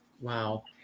Wow